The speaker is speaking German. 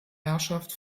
herrschaft